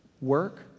work